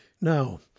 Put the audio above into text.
Now